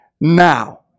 now